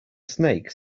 snake